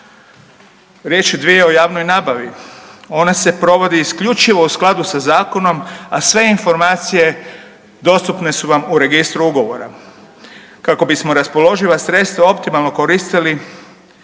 Riječ dvije o javnoj nabavi. Ona se provodi isključivo u skladu sa zakonom, a sve informacije dostupne su vam u registru ugovora. Kako bismo raspoloživa sredstva optimalno koristili